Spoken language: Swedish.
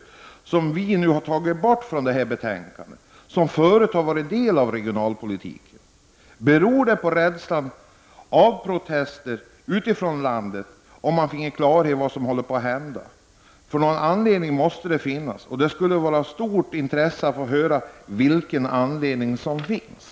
Transportstödet har vi tagit bort från detta betänkande. Det har förut varit en del av regionalpolitiken. Men varför talar man inte klartext? Beror det på rädsla för protester utifrån landet om man fick klarhet i vad som håller på att hända? Någon anledning måste det finnas. Det skulle vara av stort intresse att höra vilken anledning som finns.